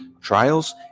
trials